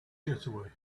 getaway